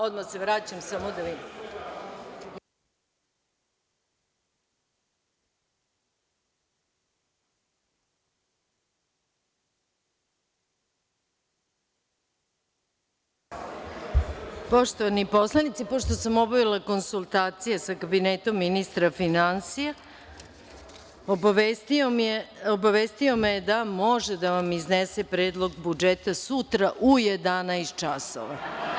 Odmah se vraćam. [[Posle pauze]] Poštovani poslanici, pošto sam obavila konsultacije sa Kabinetom ministra finansija, obavestio me je da može da vam iznese Predlog budžeta sutra u 11.00 časova.